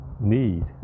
need